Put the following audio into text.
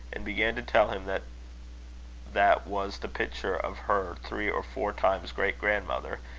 and began to tell him that that was the picture of her three or four times great-grandmother,